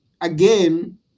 again